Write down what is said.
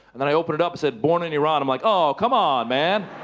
and and i opened it up, it said, born in iran. i'm like, oh, come on, man!